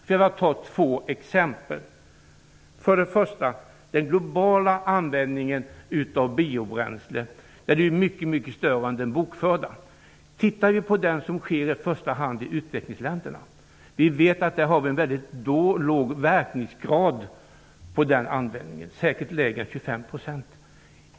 Låt mig bara ta två exempel. Den globala användningen av biobränsle är mycket större än den bokförda. Tittar vi på den som sker i första hand i utvecklingsländerna finner vi att den har en mycket låg verkningsgrad, säkert lägre än 25 %.